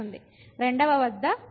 రెండవ వద్ద ఫంక్షన్ విలువకు సమానం